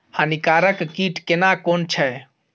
हानिकारक कीट केना कोन छै?